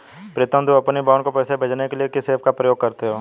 प्रीतम तुम अपनी बहन को पैसे भेजने के लिए किस ऐप का प्रयोग करते हो?